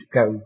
go